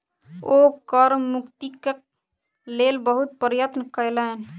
ओ कर मुक्तिक लेल बहुत प्रयत्न कयलैन